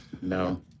No